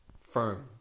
firm